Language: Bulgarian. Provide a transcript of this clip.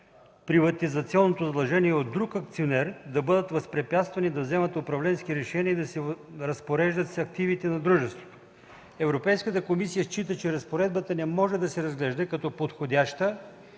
приватизационно задължение от друг акционер да бъдат възпрепятствани да вземат управленски решения и да се разпореждат с активите на дружеството. Европейската комисия счита, че разпоредбата не може да се разглежда като подходяща